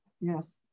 yes